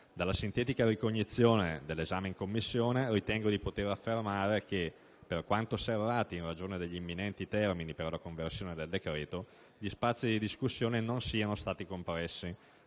Dalla sintetica ricognizione dell'esame in Commissione ritengo di poter affermare che, per quanto serrati in ragione degli imminenti termini per la conversione del decreto-legge, gli spazi di discussione non siano stati compressi.